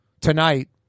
tonight